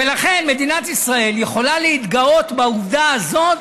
ולכן מדינת ישראל יכולה להתגאות בעובדה הזאת